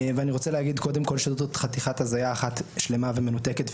ואני רוצה להגיד קודם כל שזאת חתיכת הזייה אחת שלמה ומנותקת,